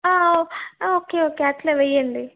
okay okay అట్లే వెయ్యండి